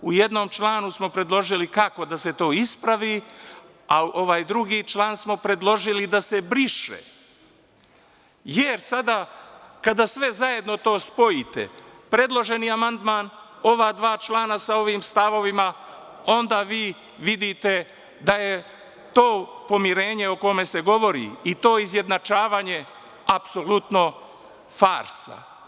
U jednom članu smo predložili kako da se to ispravi, a ovaj drugi član smo predložili da se briše, jer sada kada sve zajedno to spojite, predloženi amandman, ova dva člana sa ovim stavovima, onda vi vidite da je to pomirenje o kome se govori i to izjednačavanje apsolutno farsa.